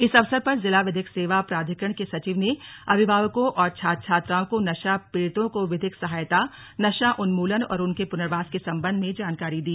इस अवसर पर जिला विधिक सेवा प्राधिकरण के सचिव ने अभिभावकों और छात्र छात्राओं को नशा पीडितों को विधिक सहायता नशा उन्मूलन और उनके पुर्नवास के संबध में जानकारी दी